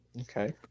Okay